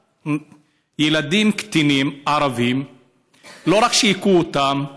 ילדים קטינים ערבים לא רק שהם הכו אותם,